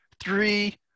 three